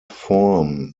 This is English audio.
form